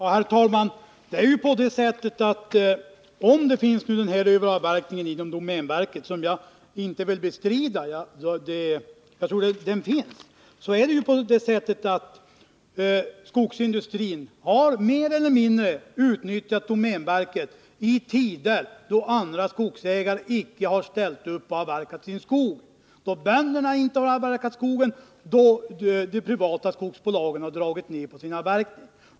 Herr talman! Om nu denna överavverkning förekommer inom domänverkets områden — och jag vill inte bestrida att den förekommer — så skall vi komma ihåg att skogsindustrin mer eller mindre har utnyttjat domänverket i tider då andra skog: re icke har ställt upp och avverkat. Då bönderna inte har avverkat sin skog och då de privata skogsbolagen har dragit ned på sin avverkning.